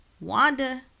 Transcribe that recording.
Wanda